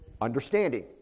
understanding